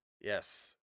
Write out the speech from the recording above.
Yes